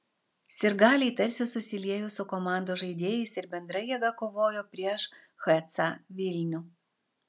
sirgaliai tarsi susiliejo su komandos žaidėjais ir bendra jėga kovojo prieš hc vilnių